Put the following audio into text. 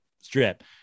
Strip